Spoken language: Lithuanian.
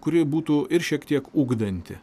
kuri būtų ir šiek tiek ugdanti